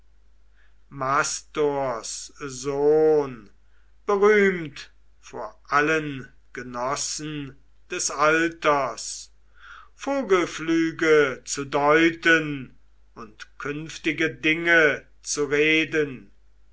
mastors sohn berühmt vor allen genossen des alters vogelflüge zu deuten und künftige dinge zu reden